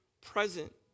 Present